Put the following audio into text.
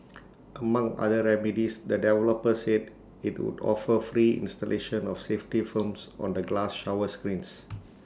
among other remedies the developer said IT would offer free installation of safety films on the glass shower screens